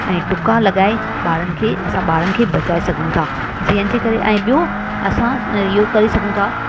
ऐं टुका लॻाए ॿारनि खे असां ॿारनि खे असां ॿारनि खे बचाए सघूं था जंहिंजे करे ॿियो असां इहो करे सघूं था